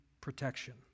protection